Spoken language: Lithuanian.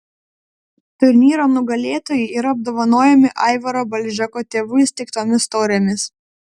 turnyro nugalėtojai yra apdovanojami aivaro balžeko tėvų įsteigtomis taurėmis